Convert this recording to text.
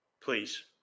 Please